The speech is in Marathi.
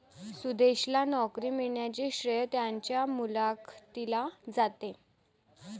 सुदेशला नोकरी मिळण्याचे श्रेय त्याच्या मुलाखतीला जाते